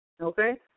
Okay